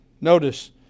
Notice